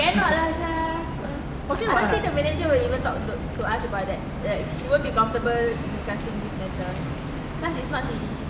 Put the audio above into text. cannot lah sia I don't think the manager will even talk talk to us about that like she won't be comfortable discussing this matter cause is not his